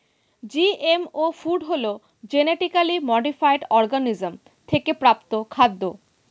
GMO food হলো genetically modified organism থেকে প্রাপ্ত খাদ্য